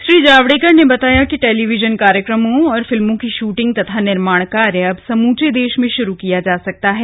श्री जावड़ेकर ने बताया कि टेलीविजन कार्यक्रमों और फिल्मों की शूटिंग तथा निर्माण कार्य अब समूचे देश में शुरू किया जा सकता है